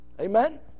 Amen